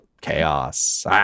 chaos